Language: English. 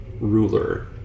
ruler